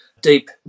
deep